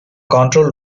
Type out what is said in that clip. control